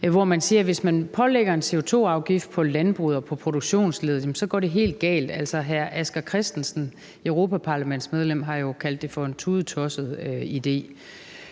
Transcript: som siger, at hvis man pålægger en CO2-afgift på landbruget og på produktionsleddet, går det helt galt. Hr. Asger Christensen, europaparlamentsmedlem, har jo kaldt det for en tudetosset idé.